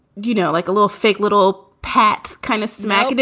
you know, like a little fake little packs kind of smack. and